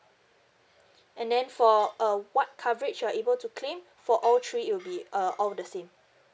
and then for uh what coverage you're able to claim for all three it'll be uh all the same